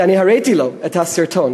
ואני הראיתי לו את הסרטון.